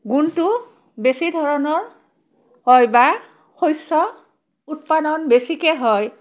গুণটো বেছি ধৰণৰ হয় বা শস্য উৎপাদন বেছিকৈ হয়